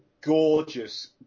gorgeous